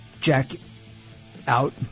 jack-out